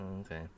okay